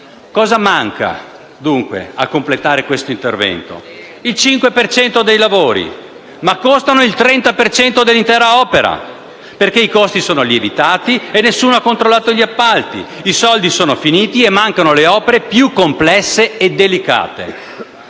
Cosa manca, dunque, a completare questo intervento? Il 5 per cento dei lavori, ma costano il 30 per cento dell'intera opera, perché i costi sono lievitati e nessuno ha controllato gli appalti. I soldi sono finiti e mancano le opere più complesse e delicate.